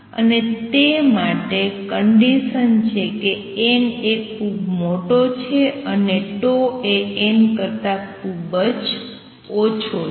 અને તે માટે કંડિસન છે કે n એ ખૂબ મોટો છે અને 𝜏 એ n કરતાં ખુબજ ખુબજ ઓછો છે